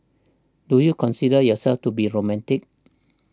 do you consider yourself to be romantic